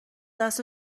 دست